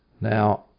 Now